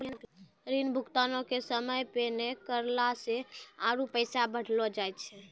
ऋण भुगतानो के समय पे नै करला से आरु पैसा बढ़लो जाय छै